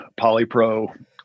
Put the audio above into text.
polypro